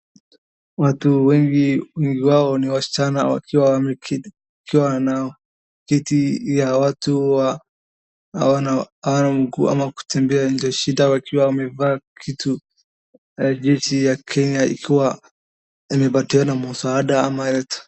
Watu wengi, ambao ni wasichana wakiwa wameketi wakiwa na kiti ya watu wa hawana mguu ama kutembea ndio. Shida wakiwa wamevaa kitu ya jeshi ya Kenya ikiwa imepatiana msaada au help .